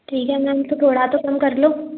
ठीक है मैम तो थोड़ा तो कम कर लो